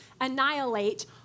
annihilate